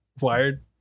wired